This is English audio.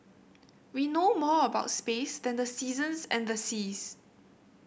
we know more about space than the seasons and the seas